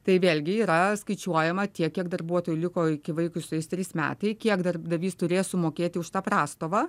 tai vėlgi yra skaičiuojama tiek kiek darbuotojų liko iki vaikui sueis trys metai kiek darbdavys turės sumokėti už tą prastovą